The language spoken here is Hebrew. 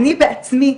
אני בעצמי,